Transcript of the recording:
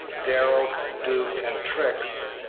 darrell, duke, and trix,